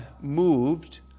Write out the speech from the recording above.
moved